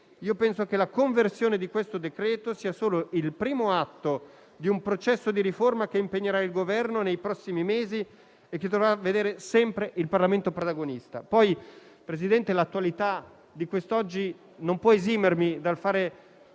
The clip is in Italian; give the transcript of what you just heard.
penso che la conversione del decreto in esame sia solo il primo atto di un processo di riforma che impegnerà il Governo nei prossimi mesi e che dovrà vedere il Parlamento sempre protagonista. Signor Presidente, l'attualità di quest'oggi non può esimermi dal fare